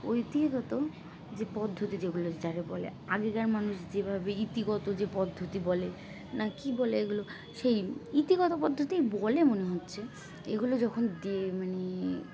ঐতিগত যে পদ্ধতি যেগুলো যাকে বলে আগেকার মানুষ যেভাবে ইতিগত যে পদ্ধতি বলে না কী বলে এগুলো সেই ইতিগত পদ্ধতিই বলে মনে হচ্ছে এগুলো যখন দিয়ে মানে